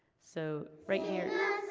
so right here